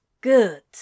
good